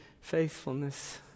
faithfulness